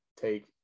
take